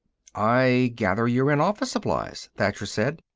i gather you're in office supplies, thacher said.